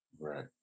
right